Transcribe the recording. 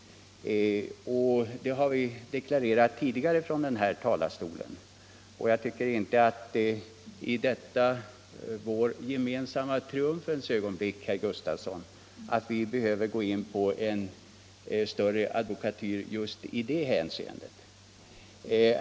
Det har vi deklarerat tidigare från denna talarstol. Jag tycker inte att vi i detta vårt gemensamma triumfens ögonblick, herr Gustafsson, behöver gå in på någon större advokatyr just i det hänseendet.